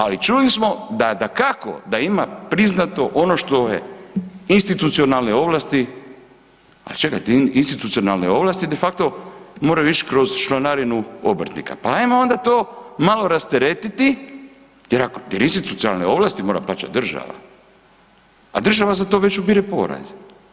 Ali čuli smo da dakako da ima priznato no što je institucionalne ovlasti, pa čekajte, institucionalne ovlasti, de facto moraju ići kroz članarinu obrtnika, pa ajmo onda to malo rasteretiti jer ako te institucionalne ovlasti mora plaćat država, a država za to već ubire porez.